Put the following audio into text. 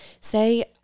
say